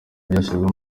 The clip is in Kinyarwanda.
ryashyizweho